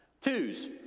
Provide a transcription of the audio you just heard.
Twos